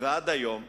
עד היום,